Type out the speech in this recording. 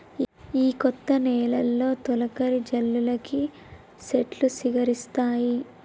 ఈ కొత్త నెలలో తొలకరి జల్లులకి సెట్లు సిగురిస్తాయి